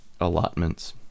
allotments